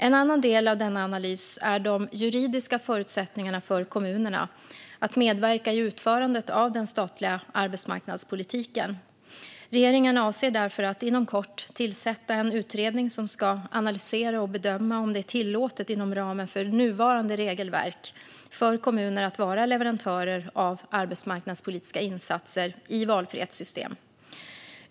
En annan del av denna analys berör de juridiska förutsättningarna för kommunerna att medverka i utförandet av den statliga arbetsmarknadspolitiken. Regeringen avser därför att inom kort tillsätta en utredning som ska analysera och bedöma om det inom ramen för nuvarande regelverk är tillåtet för kommuner att vara leverantörer av arbetsmarknadspolitiska insatser i valfrihetssystem.